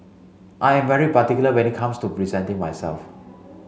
I am very particular when it comes to presenting myself